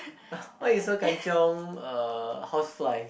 why you so Kan-Chiong uh house fly